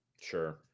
sure